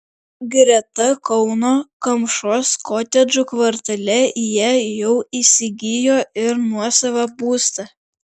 greta kauno kamšos kotedžų kvartale jie jau įsigijo ir nuosavą būstą